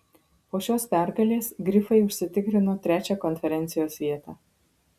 po šios pergalės grifai užsitikrino trečią konferencijos vietą